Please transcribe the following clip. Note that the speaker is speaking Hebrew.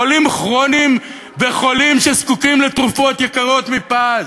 חולים כרוניים וחולים שזקוקים לתרופות יקרות מפז.